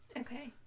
Okay